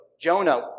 Jonah